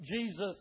Jesus